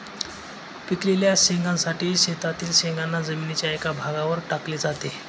पिकलेल्या शेंगांसाठी शेतातील शेंगांना जमिनीच्या एका भागावर टाकले जाते